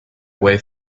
way